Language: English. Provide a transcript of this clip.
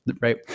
Right